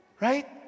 Right